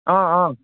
অঁ অঁ